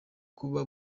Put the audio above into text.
kuba